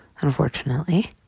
unfortunately